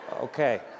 Okay